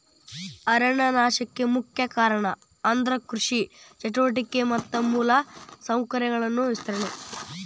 ಅರಣ್ಯ ನಾಶಕ್ಕೆ ಮುಖ್ಯ ಕಾರಣ ಅಂದ್ರ ಕೃಷಿ ಚಟುವಟಿಕೆ ಮತ್ತ ಮೂಲ ಸೌಕರ್ಯಗಳ ವಿಸ್ತರಣೆ